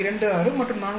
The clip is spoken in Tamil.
26 மற்றும் 4